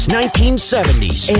1970s